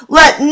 let